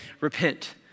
Repent